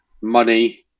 money